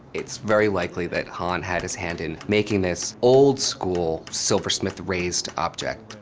it's very likely that han had his hand in making this old school silversmith raised object.